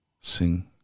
sing